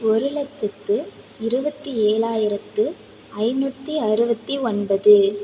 ஒரு லட்சத்து இருபத்து ஏழாயிரத்து ஐநூற்றி அறுபத்தி ஒன்பது